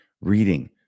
reading